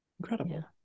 Incredible